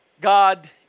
God